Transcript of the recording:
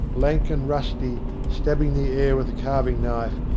lank and rusty, stabbing the air with a carving knife,